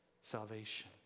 salvation